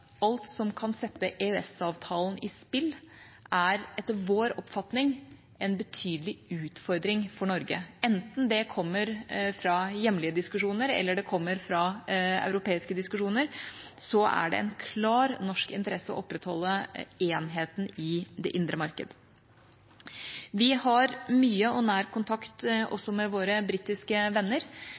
alt som kan sette EØS-avtalen i spill, etter vår oppfatning er en betydelig utfordring for Norge. Enten det kommer fra hjemlige diskusjoner eller det kommer fra europeiske diskusjoner, er det en klar norsk interesse å opprettholde enheten i det indre marked. Vi har mye og nær kontakt også med våre britiske venner.